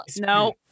no